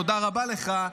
תודה רבה לך,